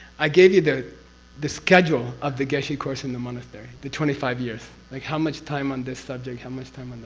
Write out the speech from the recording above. i gave you the the schedule of the geshe course in the monastery the twenty five years. like how much time on this subject? how much time on